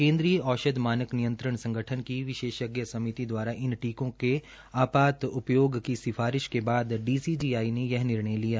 केन्द्रीय औषध मानक निंयत्रण संगठन की विशेषज्ञ समिति दवारा इन टीकों के आपात्त उपयोग की सिफारिश के बाद डीसीजीआई ने यह निर्णय लिया